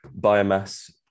biomass